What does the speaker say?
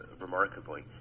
remarkably